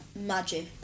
magic